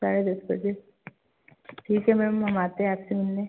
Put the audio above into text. साढ़े दस बजे ठीक है मैम हम आते हैं आपसे मिलने